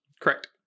Correct